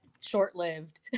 Short-lived